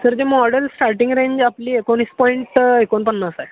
sir ते model starting range आपली एकोणीस पॉईंट एकोणपन्नास आहे